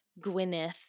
Gwyneth